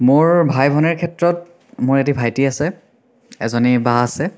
মোৰ ভাই ভনীৰ ক্ষেত্ৰত মোৰ এটি ভাইটি আছে এজনী বা আছে